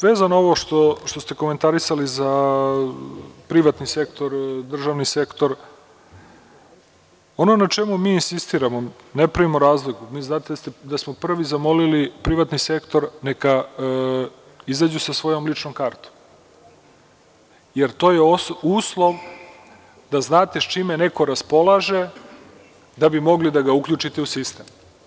Vezano za ovo što ste komentarisali, privatni sektor, državni sektor, ono na čemu mi insistiramo, ne pravimo razlog, vi znate da smo prvi zamolili privatni sektor neka izađu sa svojom ličnom kartom, jer to je uslov da znate s čime neko raspolaže da bi mogli da ga uključite u sistem.